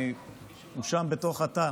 הוא שם בתוך התא,